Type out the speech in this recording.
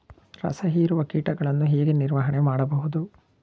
ರಸ ಹೀರುವ ಕೀಟಗಳನ್ನು ಹೇಗೆ ನಿರ್ವಹಣೆ ಮಾಡಬಹುದು?